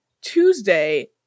Tuesday